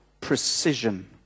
precision